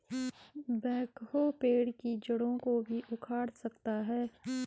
backhoe पेड़ की जड़ों को भी उखाड़ सकता है